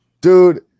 Dude